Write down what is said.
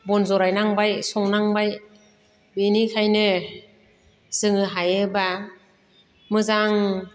बन जरायनांबाय संनांबाय बेनिखायनो जोङो हायोब्ला मोजां